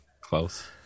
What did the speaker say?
close